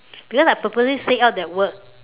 because I purposely say out that word